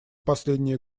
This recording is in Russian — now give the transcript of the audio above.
последние